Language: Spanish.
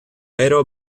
vero